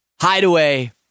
Hideaway